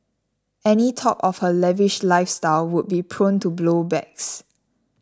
any talk of her lavish lifestyle would be prone to blow backs